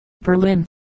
Berlin